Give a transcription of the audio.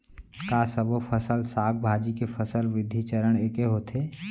का सबो फसल, साग भाजी के फसल वृद्धि चरण ऐके होथे?